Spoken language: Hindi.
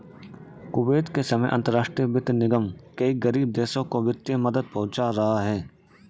कुवैत के समय अंतरराष्ट्रीय वित्त निगम कई गरीब देशों को वित्तीय मदद पहुंचा रहा है